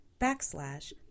backslash